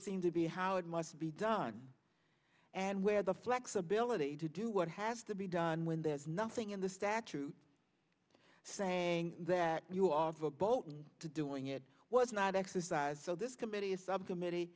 seem to be how it must be done and where the flexibility to do what has to be done when there's nothing in the statute saying that you are verboten to doing it was not exercised so this committee subcommittee